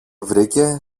βρήκε